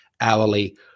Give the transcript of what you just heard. hourly